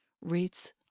rates